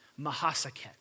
Mahasaket